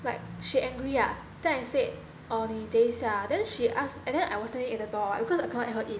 like she angry ah then I said oh 你等一下 ah then she ask and then I was standing at the door because I cannot let her in